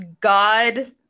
god